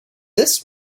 this